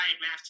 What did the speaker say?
math